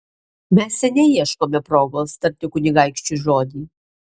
mes seniai ieškome progos tarti kunigaikščiui žodį